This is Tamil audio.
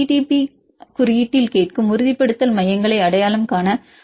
பி குறியீட்டில் கேட்கும் உறுதிப்படுத்தல் மையங்களை அடையாளம் காண அல்லது உங்கள் பி